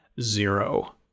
zero